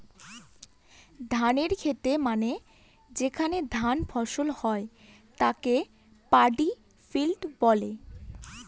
ধানের খেত মানে যেখানে ধান ফসল হয় তাকে পাডি ফিল্ড বলে